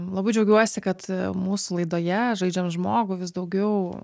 labai džiaugiuosi kad mūsų laidoje žaidžiam žmogų vis daugiau